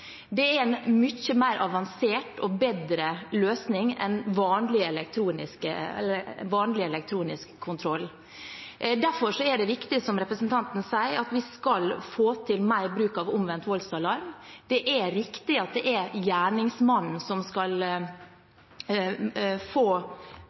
Det er en mye mer avansert og bedre løsning enn vanlig elektronisk kontroll. Derfor er det viktig, som representanten sier, å få i stand mer bruk av voldsalarm. Det er riktig at det er gjerningsmannen som skal